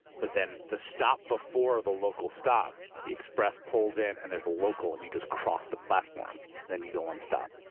but then the stop before the local stop, the express pulls in and there's a local and you just cross the platform, and then you go one stop.